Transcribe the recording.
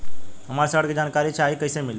हमरा ऋण के जानकारी चाही कइसे मिली?